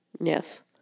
Yes